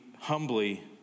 humbly